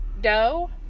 dough